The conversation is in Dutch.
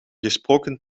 gesproken